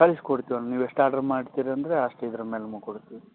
ಕಳ್ಸಿ ಕೊಡ್ತೀವಿ ಅನ್ ನೀವು ಎಷ್ಟು ಆರ್ಡ್ರು ಮಾಡ್ತೀರಿ ಅಂದರೆ ಅಷ್ಟು ಇದ್ರ ಮೇಲೆ ನಿಮಗೆ ಕೊಡ್ತೀವಿ